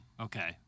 Okay